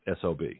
SOB